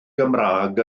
gymraeg